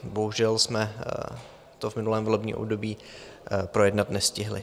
Bohužel jsme to v minulém volebním období projednat nestihli.